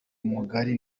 mugari